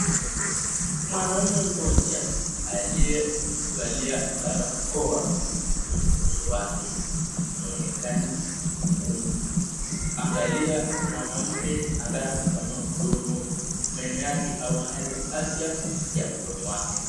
Mwanaume mmoja aliyevalia barakoa kwenye uso wake anaonekana kumwangalia mwanamke ambaye amepanua mdomo, meno yake au hali ya afya ya mdomo wake.